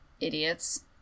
idiots